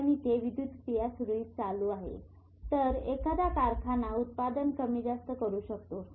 कारण इथे विद्युत क्रिया सुरळीत चालू आहे तर एखादा कारखाना उत्पादन कमीजास्त करू शकतो